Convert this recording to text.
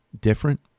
different